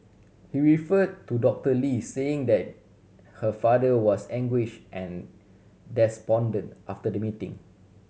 he refer to Doctor Lee saying that her father was anguish and despondent after the meeting